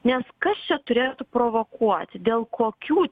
nes kas čia turėtų provokuoti dėl kokių